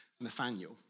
Nathaniel